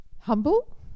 Humble